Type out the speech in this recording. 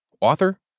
author